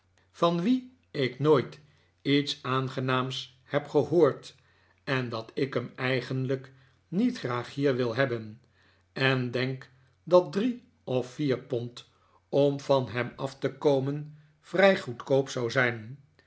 van wien ik nooit iets aangenaams heb gehoord en dat ik hem eigenlijk niet graag hier wil hebben en denk dat drie of vier pond om van hem af te komen vrij goedkoop zou zijn